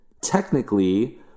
Technically